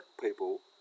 people